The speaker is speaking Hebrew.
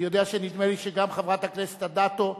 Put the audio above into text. נדמה לי שגם חברת הכנסת אדטו,